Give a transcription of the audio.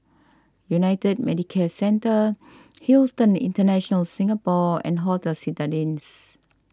United Medicare Centre Hilton International Singapore and Hotel Citadines